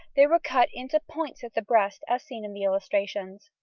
they were cut into points at the breast, as seen in the illustrations.